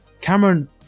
Cameron